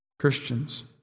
Christians